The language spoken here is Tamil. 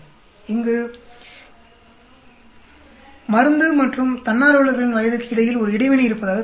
இங்கு மருந்து மற்றும் தன்னார்வலர்களின் வயதுக்கு இடையில் ஒரு இடைவினை இருப்பதாகத் தெரிகிறது